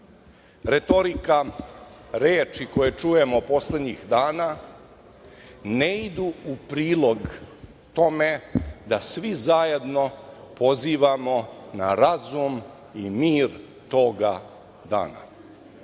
Retorika reči koje čujemo poslednjih dana ne idu u prilog tome da svi zajedno pozivamo na razum i mir toga dana.